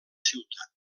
ciutat